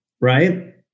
right